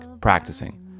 practicing